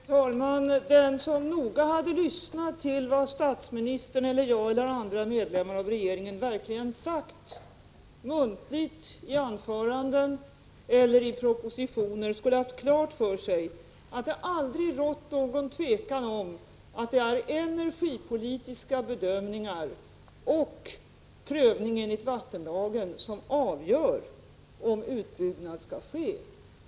Fru talman! Den som noga hade tagit reda på vad statsministern, jag och andra medlemmar av regeringen verkligen sagt — muntligt i anföranden eller skriftligt i propositioner — skulle ha haft klart för sig att det aldrig rått något tvivel om att det är energipolitiska bedömningar och prövning enligt vattenlagen som avgör om utbyggnad skall ske.